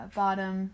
bottom